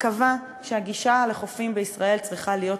וקבע שהגישה לחופים בישראל צריכה להיות חופשית,